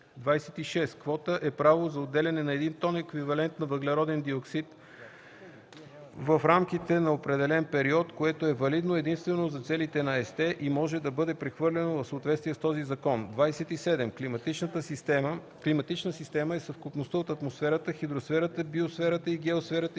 26. „Квота” е право за отделяне на един тон еквивалент на въглероден диоксид в рамките на определен период, което е валидно единствено за целите на ЕСТЕ и може да бъде прехвърляно в съответствие с този закон. 27. „Климатична система” е съвкупността от атмосферата, хидросферата, биосферата и геосферата